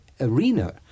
arena